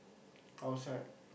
outside